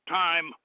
time